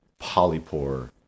polypore